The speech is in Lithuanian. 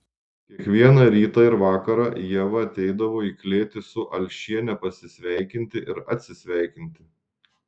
kiekvieną rytą ir vakarą ieva ateidavo į klėtį su alšiene pasisveikinti ir atsisveikinti